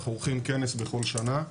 ואנחנו עורכים כנס בכל שנה.